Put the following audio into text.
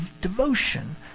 devotion